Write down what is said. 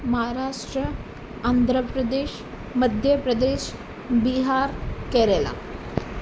Maharashtra Andhra Pradesh Madhya Pradesh Bihar Kerala